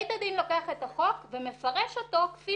בית הדין לוקח את החוק ומפרש אותו כפי